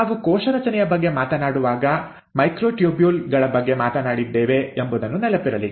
ನಾವು ಕೋಶ ರಚನೆಯ ಬಗ್ಗೆ ಮಾತನಾಡುವಾಗ ಮೈಕ್ರೊಟ್ಯೂಬ್ಯೂಲ್ ಗಳ ಬಗ್ಗೆ ಮಾತನಾಡಿದ್ದೇವೆ ಎಂಬುದನ್ನು ನೆನಪಿನಲ್ಲಿಡಿ